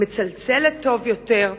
מצלצלת טוב יותר,